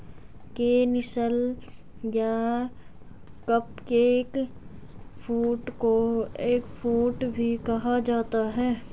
canistel या cupcake fruit को eggfruit भी कहा जाता है